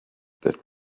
that